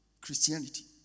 Christianity